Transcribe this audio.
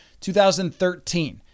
2013